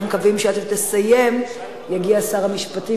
מקווים שעד שתסיים יגיע שר המשפטים,